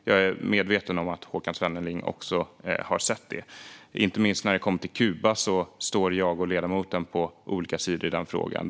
Jag är medveten om att Håkan Svenneling också har sett detta. Inte minst när det kommer till Kuba står ledamoten och jag på olika sidor i frågan.